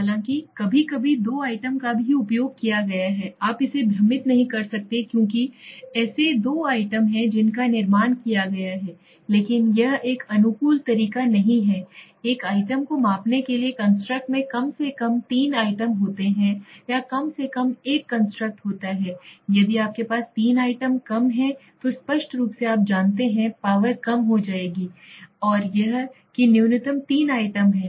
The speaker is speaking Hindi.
हालाँकि कभी कभी 2 आइटम का भी उपयोग किया गया है आप इसे भ्रमित नहीं कर सकते क्योंकि ऐसी 2 आइटम हैं जिनका निर्माण किया गया है लेकिन यह एक अनुकूल तरीका नहीं है एक आइटम को मापने के लिए कंस्ट्रक्ट में कम से कम 3 आइटम होते हैं या कम से कम एक कंस्ट्रक्ट होता है यदि आपके पास 3 आइटम कम हैं तो स्पष्ट रूप से आप जानते है पावर कम हो जाएगी हो जाएगी और यह है कि न्यूनतम तीन आइटम है